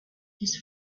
his